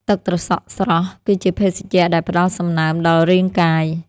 ទឹកត្រសក់ស្រស់ គឺជាភេសជ្ជ:ដែលផ្តល់សំណើមដល់រាងកាយ។